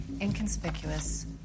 inconspicuous